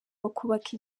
bakubaka